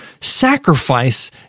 sacrifice